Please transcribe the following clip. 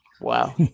Wow